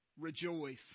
rejoice